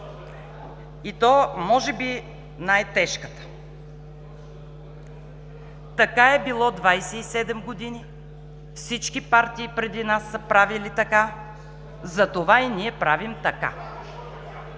теза, може би най-тежката – така е било 27 години, всички партии преди нас са правили така, затова и ние правим така.